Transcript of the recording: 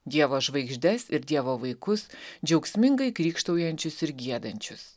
dievo žvaigždes ir dievo vaikus džiaugsmingai krykštaujančius ir giedančius